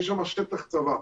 יש שם שטח צבא.